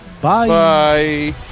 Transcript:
Bye